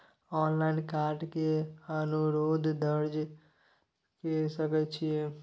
Online card के अनुरोध दर्ज के सकै छियै?